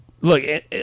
Look